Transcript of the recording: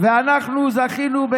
ואנחנו זכינו,